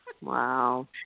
Wow